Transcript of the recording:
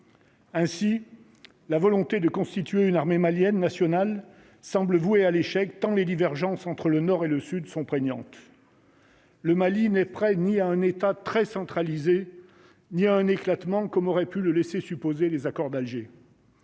Ainsi la volonté de constituer une armée malienne nationale semble vouée à l'échec tant les divergences entre le Nord et le Sud sont prégnantes. Le Mali n'est prêt ni à un état très centralisé, il y a un éclatement comme aurait pu le laisser supposer les accords d'Alger.